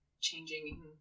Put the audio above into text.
changing